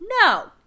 No